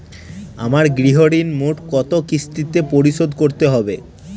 আমার গৃহঋণ মোট কত কিস্তিতে পরিশোধ করতে হবে?